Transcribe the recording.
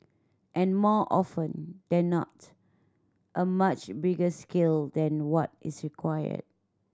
and more often than not a much bigger scale than what is required